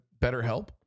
BetterHelp